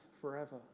forever